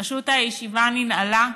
פשוט הישיבה ננעלה.